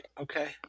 Okay